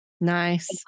Nice